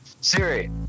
Siri